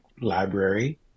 library